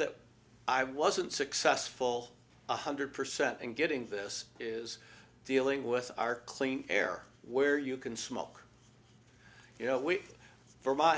that i wasn't successful one hundred percent in getting this is dealing with our clean air where you can smoke you know we